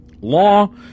Law